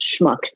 schmuck